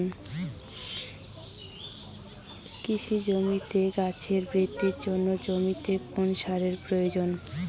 কৃষি জমিতে গাছের বৃদ্ধির জন্য জমিতে কোন সারের প্রয়োজন?